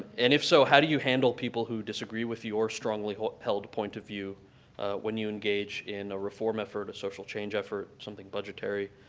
and if so, how do you handle people who disagree with you or strongly held point of view when you engage in a reform effort, a social change effort, something budgetary?